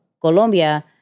Colombia